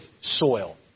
soil